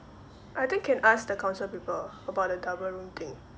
I think can ask the council people about the double room thing